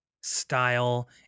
style